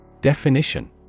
Definition